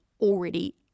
already